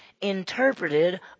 interpreted